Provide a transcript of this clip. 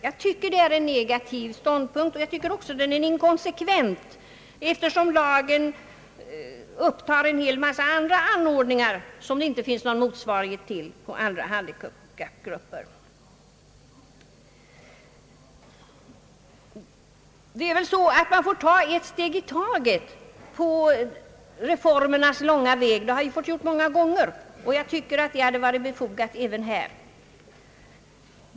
Jag tycker att det är en negativ ståndpunkt, och jag finner den också inkonsekvent, eftersom lagen upptar en hel mängd andra anordningar som det inte finns någon motsvarighet till för andra handikappgrupper. Man får ta ett steg i taget på reformernas långa väg. Det har vi fått göra många gånger, och jag tycker att det kan vara befogat även här.